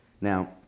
Now